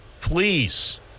please